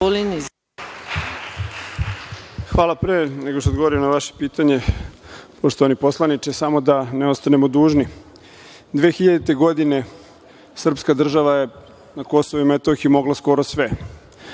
Hvala. Pre nego što odgovorim na vaše pitanje, poštovani poslaniče, samo da ne ostanemo dužni, 2000. godine srpska država je na KiM mogla skoro sve.